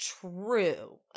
true